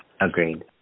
Agreed